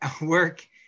work